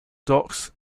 docs